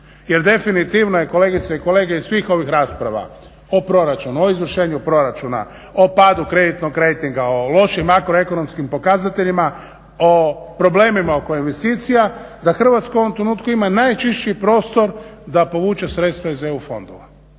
Jer definitivno je kolegice i kolege iz svih ovih rasprava o proračunu, o izvršenju proračuna, o padu kreditnog rejtinga, o lošim makroekonomskim pokazateljima, o problemima oko investicija da Hrvatska u ovom trenutku ima najčišći prostor da povuče sredstva iz EU fondova